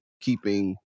keeping